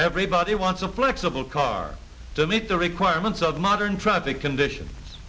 everybody wants a flexible car to meet the requirements of modern traffic conditions